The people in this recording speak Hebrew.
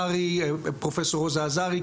פרופ' רוזה אזרי,